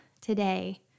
today